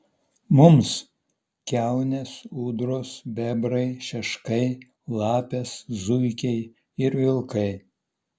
mums kiaunės ūdros bebrai šeškai lapės zuikiai ir vilkai